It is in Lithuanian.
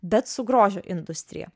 bet su grožio industrija